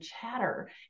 chatter